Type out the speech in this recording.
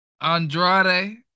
Andrade